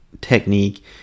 technique